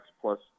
plus –